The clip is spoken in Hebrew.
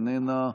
איננה.